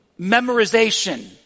memorization